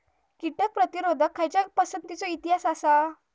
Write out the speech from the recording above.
कीटक प्रतिरोधक खयच्या पसंतीचो इतिहास आसा?